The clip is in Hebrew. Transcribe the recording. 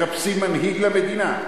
מחפשים מנהיג למדינה.